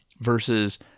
versus